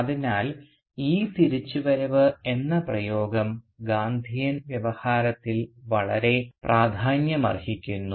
അതിനാൽ ഈ തിരിച്ചുവരവ് എന്ന പ്രയോഗം ഗാന്ധിയൻ വ്യവഹാരത്തിൽ വളരെ പ്രാധാന്യമർഹിക്കുന്നു